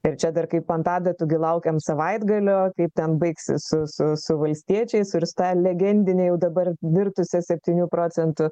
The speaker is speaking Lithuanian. ir čia dar kaip ant adatų gi laukiam savaitgalio kaip ten baigsis su su su valstiečiais ir su ta legendine jau dabar virtusia septynių procentų